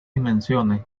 dimensiones